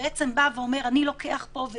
שבא ואומר: אני לוקח פה על